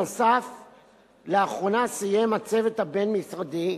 נוסף על כך, לאחרונה סיים הצוות הבין-משרדי,